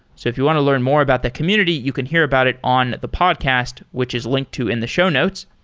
so if you want to learn more about the community, you can hear about it on the podcast, which is linked to in the show notes.